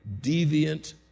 deviant